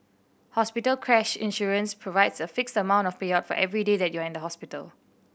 hospital crash insurance provides a fixed amount of payout for every day that you are in the hospital